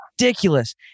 ridiculous